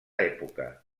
època